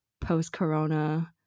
post-corona